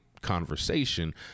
conversation